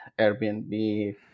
Airbnb